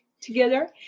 together